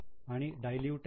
आणि डायलूटेड इ